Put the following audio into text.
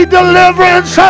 deliverance